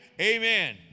Amen